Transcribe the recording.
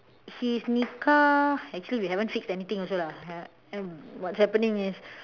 his nikah actually we haven't fixed anything also lah mm what's happening is